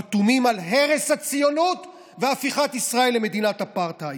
חתומים על הרס הציונות והפיכת ישראל למדינת אפרטהייד.